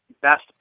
best